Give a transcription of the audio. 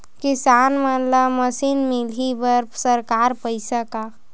किसान मन ला मशीन मिलही बर सरकार पईसा का?